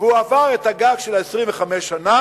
והוא עבר את הגג של 25 שנה,